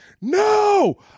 no